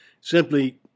Simply